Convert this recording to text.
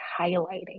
highlighting